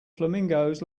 flamingos